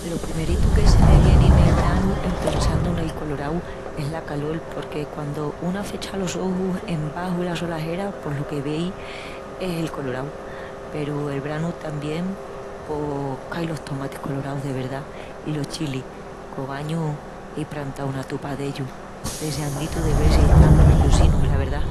Lo primeritu que se me vieni nel branu en pensandu nel colorau es la calol porque quandu una afecha los ojus embaxu la solajera pos lo que vei es el colorau. Peru el branu tamién pos cai los tomatis coloraus de verdá i los chilis, qu'ogañu ei prantau una tupa d'ellus. Deseanditu de vel si están raviosinus, la verdá.